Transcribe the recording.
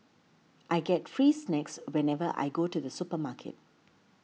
I get free snacks whenever I go to the supermarket